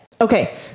Okay